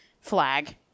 flag